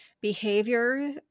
behavior